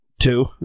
two